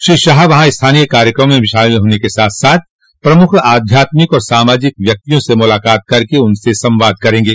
श्री शाह वहां स्थानीय कार्यक्रमों में शामिल होने के साथ साथ प्रमुख आध्यात्मिक और सामाजिक व्यक्तियों से मुलाकात कर उनसे संवाद भी करेंगे